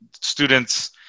students